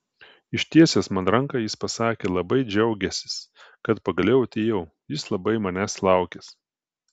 ištiesęs man ranką jis pasakė labai džiaugiąsis kad pagaliau atėjau jis labai manęs laukęs